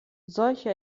solche